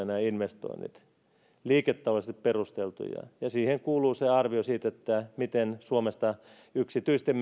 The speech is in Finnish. nämä investoinnit ovat liiketaloudellisesti perusteltuja liiketaloudellisesti perusteltuja ja siihen kuuluu se arvio siitä miten suomesta pääsääntöisesti yksityisten